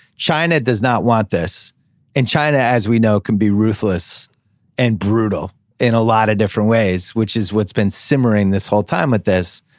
china does not want this in china as we know can be ruthless and brutal in a lot of different ways which is what's been simmering this whole time with this.